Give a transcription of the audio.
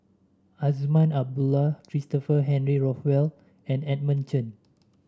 Azman Abdullah Christopher Henry Rothwell and Edmund Chen